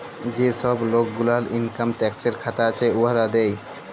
যে ছব লক গুলার ইলকাম ট্যাক্সের খাতা আছে, উয়ারা দেয়